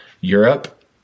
Europe